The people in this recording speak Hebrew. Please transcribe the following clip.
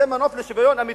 זה מנוף לשוויון אמיתי,